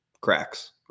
cracks